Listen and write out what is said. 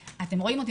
אתם רואים אותי,